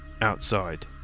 outside